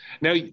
Now